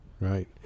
right